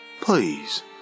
Please